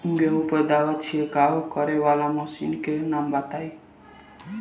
गेहूँ पर दवा छिड़काव करेवाला मशीनों के नाम बताई?